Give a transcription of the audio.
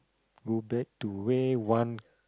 go back to where one